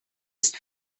ist